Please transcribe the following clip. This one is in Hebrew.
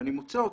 ואני מוצא אותם,